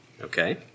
Okay